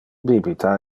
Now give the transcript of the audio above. bibita